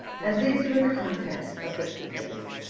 and these were the contents of this epistle.